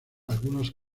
algunos